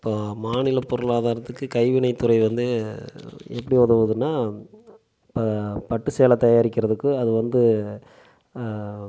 இப்போ மாநிலப் பொருளாதாரத்துக்கு கைவினைப் துறை வந்து எப்படி உதவுதுன்னா பட்டு சேலை தயாரிக்கிறதுக்கு அது வந்து